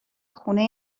خونه